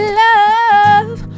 love